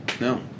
no